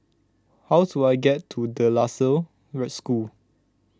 how do I get to De La Salle School